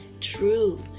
true